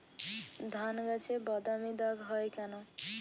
ধানগাছে বাদামী দাগ হয় কেন?